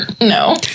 no